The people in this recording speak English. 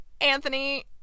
Anthony